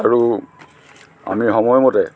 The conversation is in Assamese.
আৰু আমি সময়মতে